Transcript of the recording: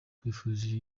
nkwifurije